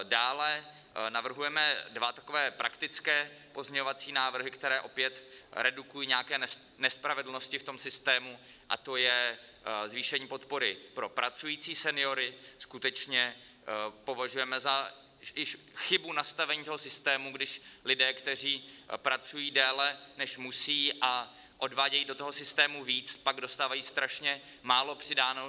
Dále navrhujeme dva takové praktické pozměňovací návrhy, které opět redukují nějaké nespravedlnosti v systému, a to je zvýšení podpory pro pracující seniory skutečně považujeme již za chybu nastavení systému, když lidé, kteří pracují déle, než musí, a odvádějí do systému víc, pak dostávají strašně málo přidáno.